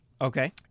Okay